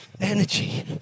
energy